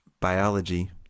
Biology